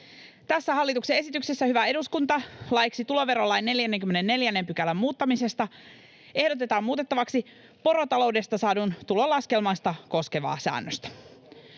Tässä hallituksen esityksessä, hyvä eduskunta, laiksi tuloverolain 44 §:n muuttamisesta ehdotetaan muutettavaksi porotaloudesta saadun tulon laskemista koskevaa säännöstä.